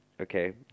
Okay